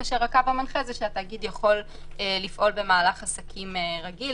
כאשר הקו המנחה הוא שהתאגיד יכול לפעול במהלך עסקים רגיל,